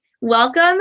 Welcome